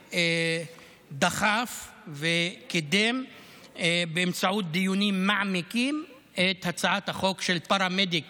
שדחף וקידם באמצעות דיונים מעמיקים את הצעת החוק של פרמדיק